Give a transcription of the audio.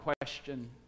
question